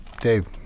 Dave